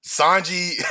sanji